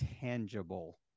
tangible